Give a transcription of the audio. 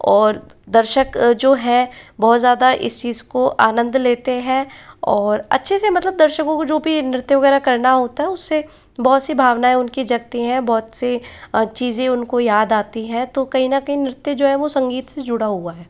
और दर्शक जो है बहुत ज़्यादा इस चीज को आनंद लेते है और अच्छे से मतलब दर्शकों को जो भी नृत्य वगैरह करना होता है उससे बहुत सी भावनाएं उनकी जगती हैं बहुत सी चीज़ें उनको याद आती हैं तो कहीं ना कहीं नृत्य जो है संगीत से जुड़ा हुआ है